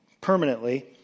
permanently